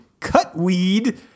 cutweed